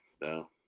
no